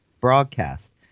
broadcast